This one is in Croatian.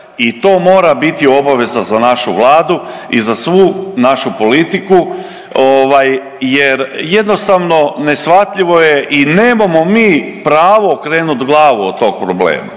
i to mora biti obaveza za našu Vladu i za svu našu politiku ovaj jer jednostavno neshvatljivo je i nemamo mi pravo okrenuti glavu od tog problema.